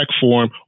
form